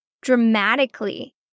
dramatically